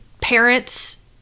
parents